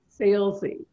salesy